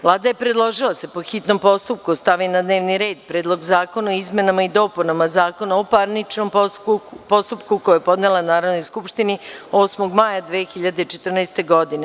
Vlada je predložila da se po hitnom postupku stavi na dnevni red Predlog zakona o izmenama i dopunama Zakona o parničnom postupku, koji je podnela Narodnoj skupštini 8. maja 2014. godine.